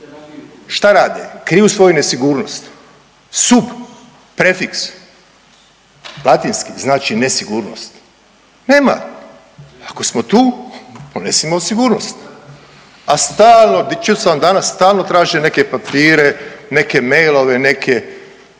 Šta rade? Kriju svoju nesigurnost. Sub prefiks, latinski znači nesigurnost. Nema, ako smo tu onda …/Govornik se ne razumije./… sigurnost. A stalno, čuo sam danas stalno traže neke papire, neke mailove, neke,